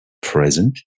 present